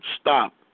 stop